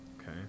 Okay